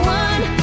one